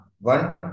one